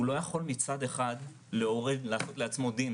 הוא לא יכול מצד אחד להורה לעשות לעצמו דין